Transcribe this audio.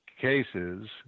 cases